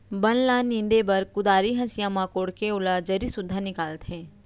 बन ल नींदे बर कुदारी, हँसिया म कोड़के ओला जरी सुद्धा निकालथें